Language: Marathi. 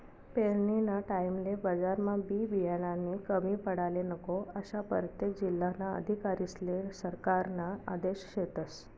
पेरनीना टाईमले बजारमा बी बियानानी कमी पडाले नको, आशा परतेक जिल्हाना अधिकारीस्ले सरकारना आदेश शेतस